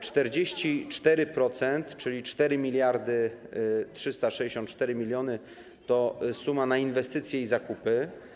44%, czyli 4364 mln, to kwota na inwestycje i zakupy.